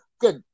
Good